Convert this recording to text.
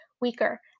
weaker